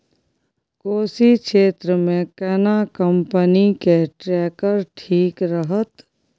कोशी क्षेत्र मे केना कंपनी के ट्रैक्टर ठीक रहत?